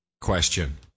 question